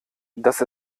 dass